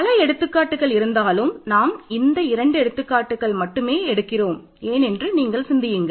பல எடுத்துக்காட்டுகள் இருந்தாலும் நாம் இந்த இரண்டு எடுத்துக்காட்டுகளை மட்டுமே எடுக்கிறோம் ஏன் என்று நீங்கள் சிந்திக்கலாம்